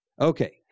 Okay